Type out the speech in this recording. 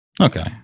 Okay